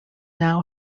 now